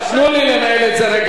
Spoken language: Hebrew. תרשה לי בצורה מסודרת.